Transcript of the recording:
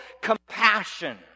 compassion